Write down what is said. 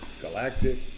Galactic